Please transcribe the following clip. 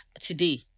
today